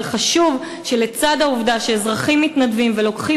אבל חשוב שלצד העובדה שאזרחים מתנדבים ולוקחים